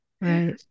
Right